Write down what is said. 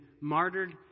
martyred